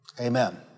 Amen